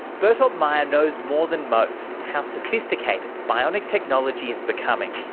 bertolt meyer knows more than most how sophisticated bionic technology is becoming,